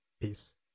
peace